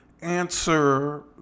answer